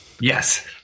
Yes